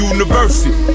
University